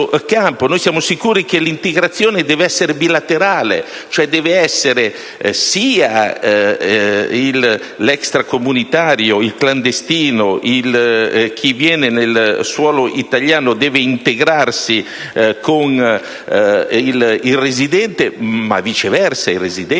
riteniamo anche che l'integrazione debba essere bilaterale, nel senso che l'extracomunitario, il clandestino, chi viene nel suolo italiano deve integrarsi con il residente, ma viceversa il residente